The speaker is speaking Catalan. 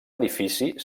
edifici